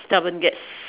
stubborn gets